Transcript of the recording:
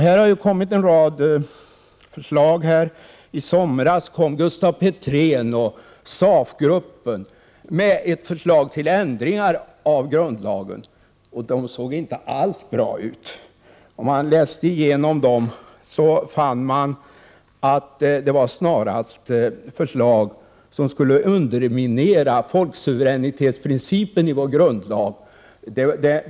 Här har kommit en rad förslag. I somras kom Gustaf Petrén och SAF-gruppen med förslag till ändringar av grundlagen. Dessa förslag såg inte alls bra ut. När man läste igenom dem fann man att de snarast var förslag som skulle underminera folksuveränitetsprincipen i vår grundlag.